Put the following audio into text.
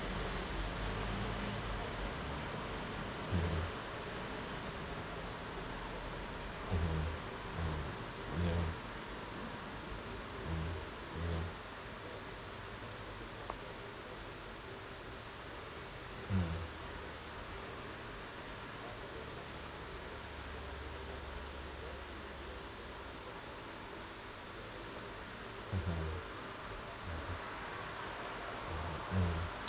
mmhmm mmhmm mm ya hmm mm ya hmm mmhmm hmm